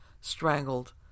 strangled